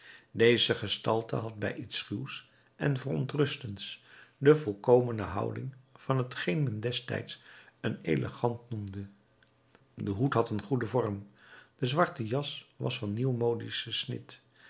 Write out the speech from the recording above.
deze gestalte had bij iets schuws en verontrustends de volkomene houding van t geen men destijds een elegant noemde de hoed had een goeden vorm de zwarte jas was van nieuw modischen snit